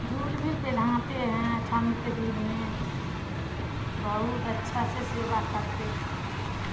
جھول بھی پہناتے ہیں ٹھنڈ کے دن میں بہت اچھا سے سیوا کرتے ہیں